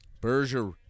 Berger